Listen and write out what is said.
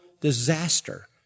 disaster